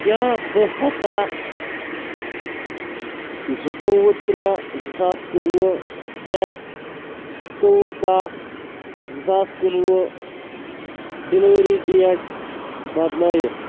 کیٛاہ بہٕ ہٮ۪کا زُتوٚوُہ ترٛےٚ زٕ ساس کُنوُہ پٮ۪ٹھ زُتوٚوُہ کاہ زٕ ساس کُنوُہ ڈِلوری ڈیٹ بدلٲیِتھ